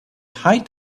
height